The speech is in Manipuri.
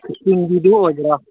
ꯏꯁꯇꯤꯜꯒꯤꯗꯨ ꯑꯣꯏꯕꯔꯥ